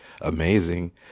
amazing